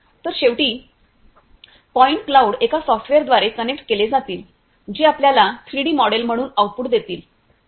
तर शेवटी point cloud एका सॉफ्टवेयर द्वारे कनेक्ट केले जातील जे आपल्याला 3 डी मॉडेल म्हणून आउटपुट देईल